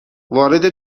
وارد